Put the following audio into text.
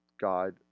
God